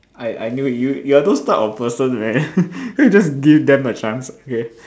I I knew it you you're those type of person man can't you just give them a chance okay